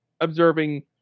observing